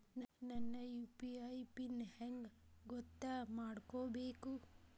ನನ್ನ UPI pin ಹೆಂಗ್ ಗೊತ್ತ ಮಾಡ್ಕೋಬೇಕು?